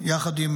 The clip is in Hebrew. יחד עם